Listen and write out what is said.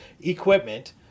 equipment